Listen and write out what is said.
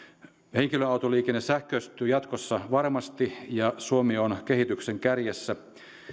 henkilöautoliikenne sähköistyy jatkossa varmasti ja suomi on kehityksen kärjessä